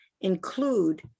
include